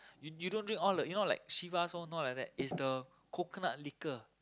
you don't drink all the you know like Chivas all no like that is the coconut liquor